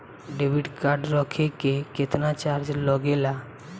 Debit card रखे के केतना चार्ज लगेला?